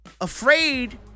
afraid